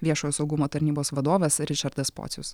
viešojo saugumo tarnybos vadovas ričardas pocius